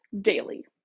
daily